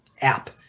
app